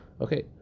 Okay